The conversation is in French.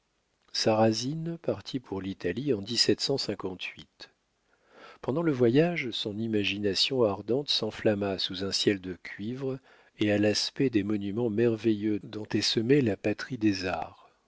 sarrasine partit pour l'italie en pendant le voyage son imagination ardente s'enflamma sous un ciel de cuivre et à l'aspect des monuments merveilleux dont est semée la patrie des arts